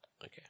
Okay